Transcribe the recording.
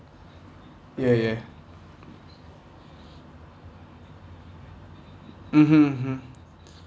yeah yeah mmhmm mmhmm